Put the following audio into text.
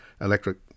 electric